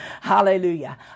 Hallelujah